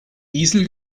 diesel